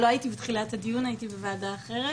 לא הייתי בתחילת הדיון, הייתי בוועדה אחרת.